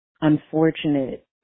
unfortunate